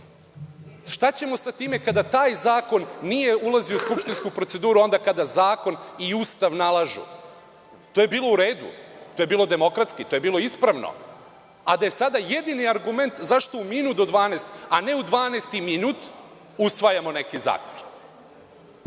Šta ćemo sa time kada taj zakon nije ulazio u skupštinsku proceduru onda kada zakon i Ustav nalažu? To je bilo u redu. To je bilo demokratski. To je bilo ispravno, a da je sada jedini argument zašto u minut do 12, a ne u 12 i minut usvajamo neki